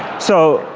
so,